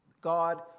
God